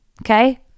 okay